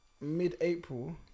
mid-April